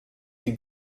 die